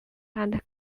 and